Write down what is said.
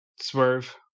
Swerve